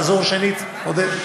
חזור שנית, עודד.